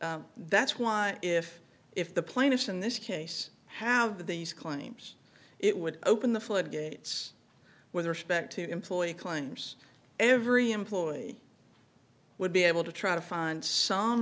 that's why if if the plaintiffs in this case have these claims it would open the floodgates with respect to employee claims every employee would be able to try to find some